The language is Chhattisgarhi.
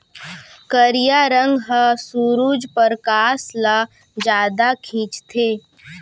करिया रंग ह सुरूज परकास ल जादा खिंचथे